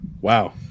Wow